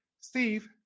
Steve